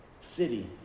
city